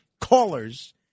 callers